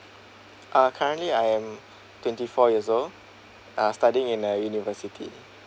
ah currently I am twenty four years old ah studying in a university